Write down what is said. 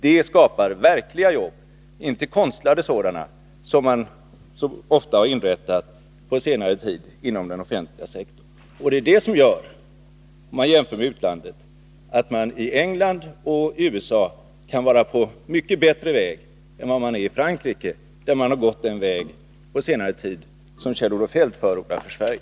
Det skapar verkliga jobb, inte konstlade sådana, som man så ofta inrättat på senare tid inom den offentliga sektorn. Det är det som gör, om vi jämför med utlandet, att England och USA kan gå mot en bättre framtid än vad man gör i Frankrike, som på senare tid gått den väg som Kjell-Olof Feldt förordar för Sverige.